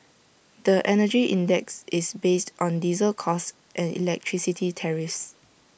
the Energy Index is based on diesel costs and electricity tariffs